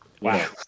Wow